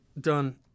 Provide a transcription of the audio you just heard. done